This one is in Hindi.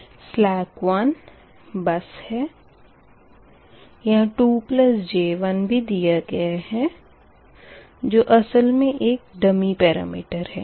बस 1 सलेक बस है यहाँ 2 j1 भी दिया गया है जो असल मे एक डम्मी पैरामीटर है